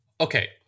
Okay